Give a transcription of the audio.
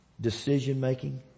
decision-making